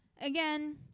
Again